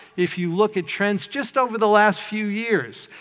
if you look at trends just over the last few years,